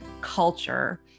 culture